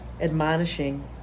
admonishing